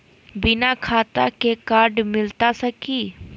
बिना खाता के कार्ड मिलता सकी?